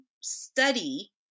study